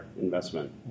investment